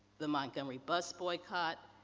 the montgomery bus boycott,